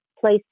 place